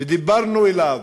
ודיברנו אליו.